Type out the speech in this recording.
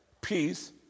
peace